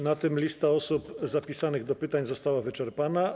Na tym lista osób zapisanych do pytań została wyczerpana.